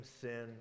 sin